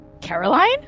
Caroline